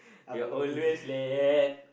you're always late